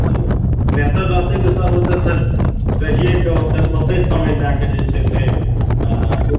जी बेहतर रहतय कि सर ओतऽसँ रहिये कऽ ओतऽ ओते समय दए कऽ जे छै से